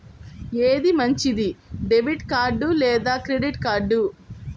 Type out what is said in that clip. ఏది మంచిది, debit card లేదా క్రెడిట్ కార్డ్?